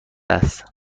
است